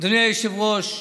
אדוני היושב-ראש,